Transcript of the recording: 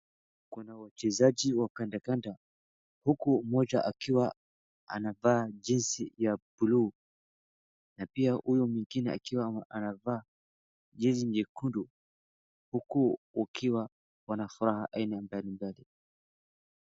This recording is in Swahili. Kuna wachezaji wa kandanda, huku mmoja akiwa amevaa jezi buluu, na pia huyu mwingine akiwa anavaa jezi nyekundu huku wakiwa wana furaha aina ya ndani ndani.